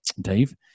Dave